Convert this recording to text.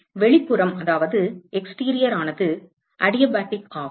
வெளிப்புறம் அடியாபாடிக் ஆகும்